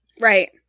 Right